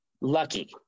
lucky